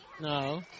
No